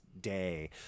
day